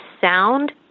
sound